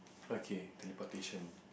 okay teleportation